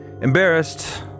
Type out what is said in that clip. Embarrassed